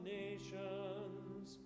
nations